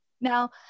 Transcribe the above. Now